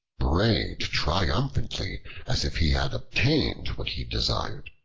brayed triumphantly as if he had obtained what he desired.